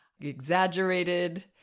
exaggerated